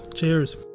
cheers.